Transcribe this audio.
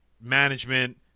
management